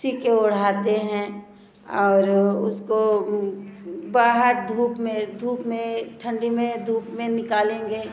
सी के उढ़ाते हैं और उसको बाहर धूप मे धूप में ठंडी मे धूप में निकालेंगे